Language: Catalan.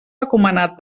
recomanat